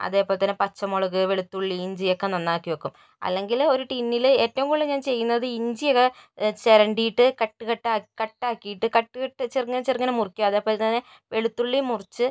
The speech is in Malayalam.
അതേപോലെ തന്നെ പച്ചമുളക് വെളുത്തുള്ളി ഇഞ്ചി ഒക്കെ നന്നാക്കി വയ്ക്കും അല്ലെങ്കിൽ ഒരു ടിന്നിൽ ഏറ്റവും കൂടുതല് ഞാന് ചെയ്യുന്നത് ഇഞ്ചിയൊക്കെ ചിരണ്ടിയിട്ട് കട്ട് കട്ടാക്കി കട്ടാക്കീട്ട് കട്ട് കട്ട് ചെറുങ്ങനെ ചെറുങ്ങനെ മുറിക്കും അതേപോലെ തന്നെ വെളുത്തുള്ളി മുറിച്ച്